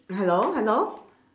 hello hello